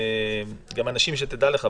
תדע לך,